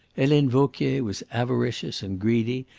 helene vauquier was avaricious and greedy,